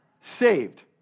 saved